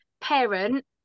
parent